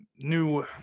new